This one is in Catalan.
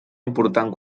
important